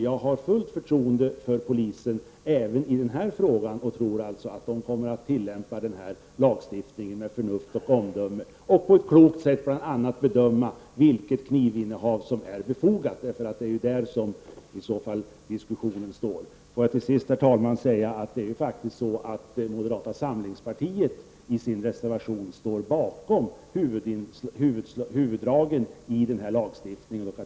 Jag har fullt förtroende för polisen även i den här frågan, och jag tror att polisen kommer att tillämpa lagstiftningen med förnuft och omdöme och på ett klokt sätt bedöma vilket knivinnehav som är befogat. Det är om detta som diskussionen står. Herr talman! Moderata samlingspartiet ställer sig i sin reservation bakom huvuddragen i den här lagstiftningen.